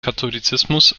katholizismus